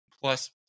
plus